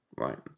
Right